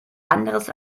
anderes